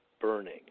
burning